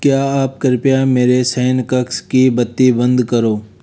क्या आप कृपया मेरे शयनकक्ष की बत्ती बंद करो